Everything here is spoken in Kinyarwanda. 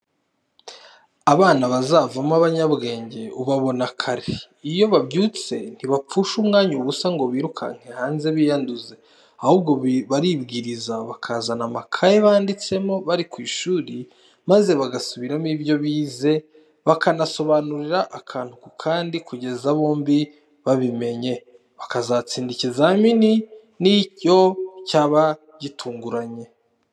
Abana bazavamo abanyabwenge ubabona kare, iyo babyutse ntibapfusha umwanya ubusa ngo birukanke hanze biyanduze, ahubwo baribwiriza bakazana amakaye banditsemo bari mu ishuri, maze bagasubiramo ibyo bize, banasobanurirana akantu ku kandi kugeza bombi babimenye, bakazatsinda ikizamini n'iyo cyaba gitunguranye.